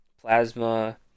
plasma